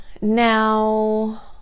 now